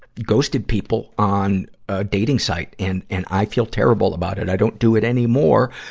ghosted people on a dating site, and, and i feel terrible about it. i don't do it anymore.